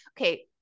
okay